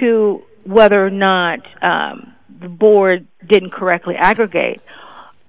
to whether or not the board didn't correctly aggregate